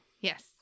Yes